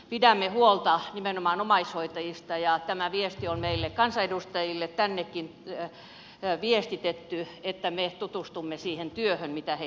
pidämme huolta nimenomaan omaishoitajista ja tämä viesti on meille kansanedustajille tännekin viestitetty että me tutustumme siihen työhön mitä he tekevät